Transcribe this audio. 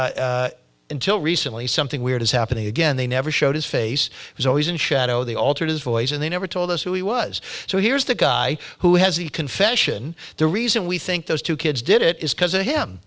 until recently something weird is happening again they never showed his face was always in shadow they altered his voice and they never told us who he was so here's the guy who has the confession the reason we think those two kids did it is because of him